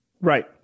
Right